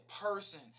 person